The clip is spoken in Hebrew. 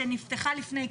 שנפתחה לפני כולן,